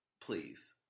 please